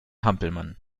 hampelmann